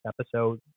episode